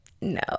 No